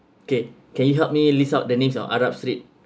okay can you help me lists out the names on arab street